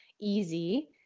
easy